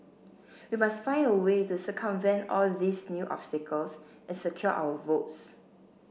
we must find a way to circumvent all these new obstacles and secure our votes